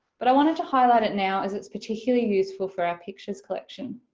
but i wanted to highlight it now as it's particularly useful for our pictures collection.